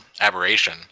aberration